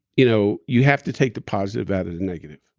you know you have to take the positive out of the negative.